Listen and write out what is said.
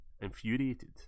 Infuriated